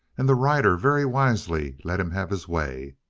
and the rider very wisely let him have his way.